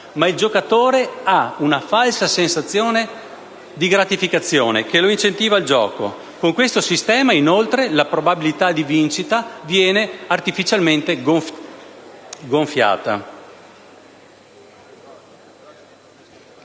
Il giocatore ha però una falsa sensazione di gratificazione, che lo incentiva al gioco. Con questo sistema, inoltre, la probabilità di vincita viene artificialmente gonfiata.